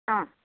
ஆ